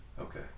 Okay